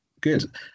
Good